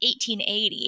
1880